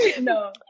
No